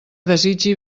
desitgi